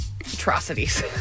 atrocities